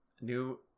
new